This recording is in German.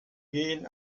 gehen